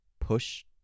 push